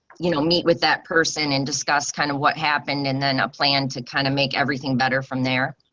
you know, meet with that person and discuss kind of what happened and then a plan to kind of make everything better from there.